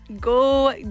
go